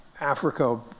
Africa